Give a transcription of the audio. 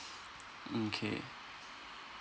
mm K